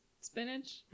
spinach